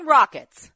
Rockets